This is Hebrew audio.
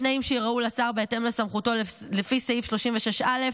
בתנאים שייראו לשר בהתאם לסמכותו לפי סעיף 36(א)